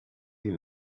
lui